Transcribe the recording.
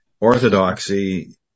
orthodoxy